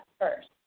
first